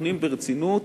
בוחנים ברצינות